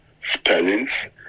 spellings